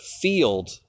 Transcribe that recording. field